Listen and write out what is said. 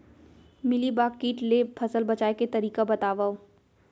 Mealybug किट ले फसल बचाए के तरीका बतावव?